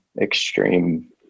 extreme